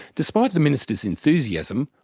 despite the minister's enthusiasm,